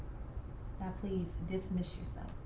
now please, dismiss yourself.